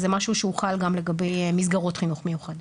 אז זה משהו שהוא חל גם לגבי מסגרות של חינוך מיוחד.